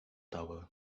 tower